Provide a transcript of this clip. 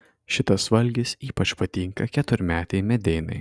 šitas valgis ypač patinka keturmetei medeinai